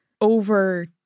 over